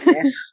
Yes